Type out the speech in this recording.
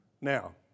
Now